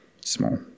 small